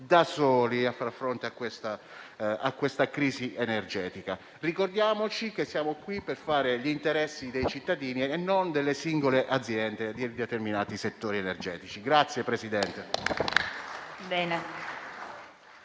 soli a far fronte a questa crisi energetica. Ricordiamoci che siamo qui per fare gli interessi dei cittadini e non delle singole aziende di determinati settori energetici.